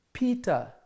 Peter